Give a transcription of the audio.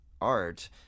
art